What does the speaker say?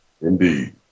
Indeed